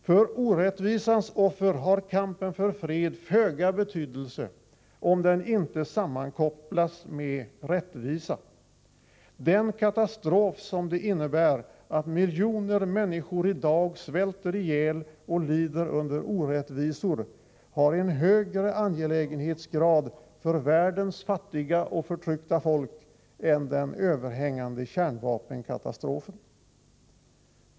För orättvisans offer har kampen för fred föga betydelse om den inte sammankopplas med rättvisa. Den katastrof som det innebär att miljoner människor i dag svälter ihjäl och lider under orättvisor har en högre angelägenhetsgrad för världens fattiga och förtryckta folk än den överhängande kärnvapenkatastrofen.